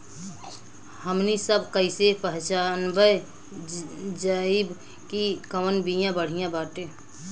हमनी सभ कईसे पहचानब जाइब की कवन बिया बढ़ियां बाटे?